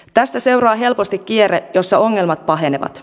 tästä seuraa helposti kierre jossa ongelmat pahenevat